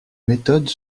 méthodes